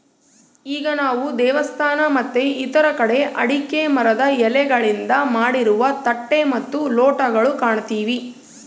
ಈಗ ನಾವು ದೇವಸ್ಥಾನ ಮತ್ತೆ ಇತರ ಕಡೆ ಅಡಿಕೆ ಮರದ ಎಲೆಗಳಿಂದ ಮಾಡಿರುವ ತಟ್ಟೆ ಮತ್ತು ಲೋಟಗಳು ಕಾಣ್ತಿವಿ